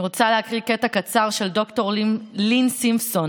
אני רוצה לקרוא קטע קצר של ד"ר לין סימפסון,